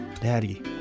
Daddy